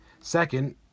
Second